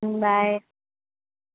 bye